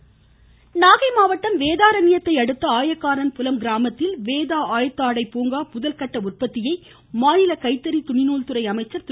மணியன் நாகை மாவட்டம் வேதாரண்யத்தை அடுத்த ஆயக்காரன்புலம் கிராமத்தில் வேதா ஆயத்த ஆடை பூங்கா முதல்கட்ட உற்பத்தியை மாநில கைத்தறி துணிநூல் துறை அமைச்சர் திரு